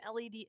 LED